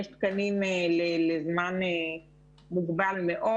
יש תקנים לזמן מוגבל מאוד.